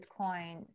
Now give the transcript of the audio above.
Bitcoin